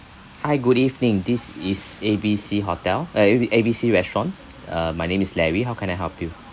hi good evening this is A B C hotel uh A B A B C restaurant uh my name is larry how can I help you